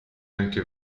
anche